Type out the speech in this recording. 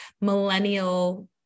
millennial